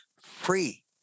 free